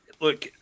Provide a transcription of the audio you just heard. look